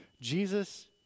Jesus